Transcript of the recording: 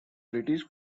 british